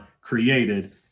created